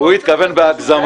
הוא התכוון בהגזמה.